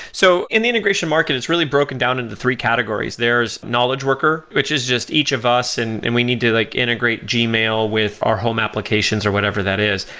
so in the integration market, it's really broken down into three categories. there's knowledge worker, which is just each of us and and we need to like integrate gmail with our home applications, or whatever that is.